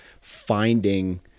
finding